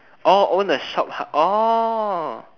orh own a shophouse orh